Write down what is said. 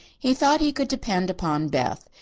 he thought he could depend upon beth.